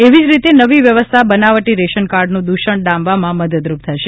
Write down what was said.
એવી જ રીતે નવી વ્યવસ્થા બનાવટી રેશનકાર્ડનું દૂષણ ડામવામાં મદદરૂપ થશે